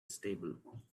stable